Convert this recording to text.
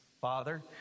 Father